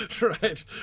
right